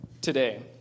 today